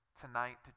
tonight